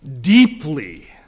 deeply